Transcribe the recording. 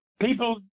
people